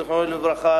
זיכרונו לברכה,